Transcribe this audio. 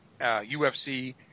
UFC